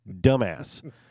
Dumbass